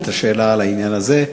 את השאלה לעניין הזה.